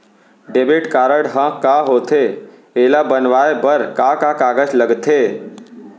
Debit card ह का होथे एला बनवाए बर का का कागज लगथे?